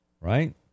right